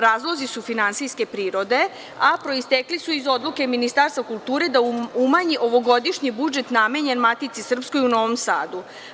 Razlozi su finansijske prirode, a proistekli su iz odluke Ministarstva kulture da umanje ovogodišnji budžet namenjen Matici srpskoj u Novom Sadu.